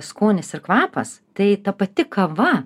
skonis ir kvapas tai ta pati kava